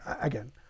again